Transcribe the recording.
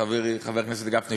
חבר הכנסת גפני,